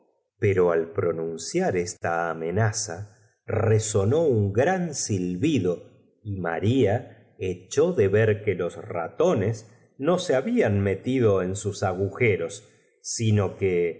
pero al pronunciat esta amenaza reso l nó un gran silbido y maría echó de ver que los ratones no se hablan metido en sus agujeros sino que